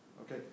Okay